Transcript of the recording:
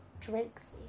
Drake's